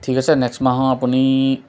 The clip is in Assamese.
ঠিক আছে নেক্সট মাহৰ আপুনি